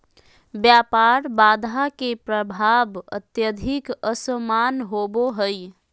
व्यापार बाधा के प्रभाव अत्यधिक असमान होबो हइ